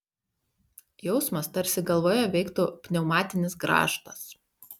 jausmas tarsi galvoje veiktų pneumatinis grąžtas